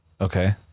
Okay